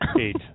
Eight